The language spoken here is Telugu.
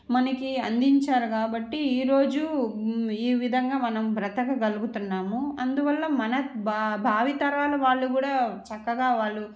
మనకి అందించారు కాబట్టి ఈరోజు ఈ విధంగా మనం బ్రతకగలుగుతున్నాము అందువల్ల మన భా భావితరాల వాళ్లు కూడా చక్కగా వాళ్ళు